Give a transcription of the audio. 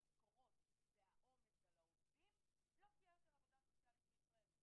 במשכורות ובעומס על העובדים לא תהיה יותר עבודה סוציאלית בישראל,